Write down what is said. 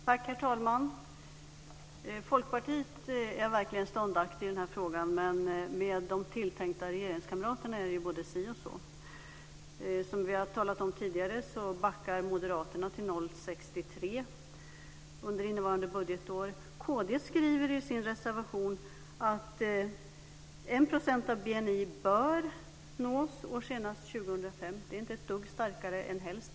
Herr talman! Folkpartiet är verkligen ståndaktigt i den här frågan. Men med de tilltänkta regeringskamraterna är det både si och så. Som vi har talat om tidigare backar Moderaterna till 0,63 % under innevarande budgetår. Kd skriver i sin reservation att 1 % av BNI "bör nås senast år 2005". Det är inte ett dugg starkare än "helst".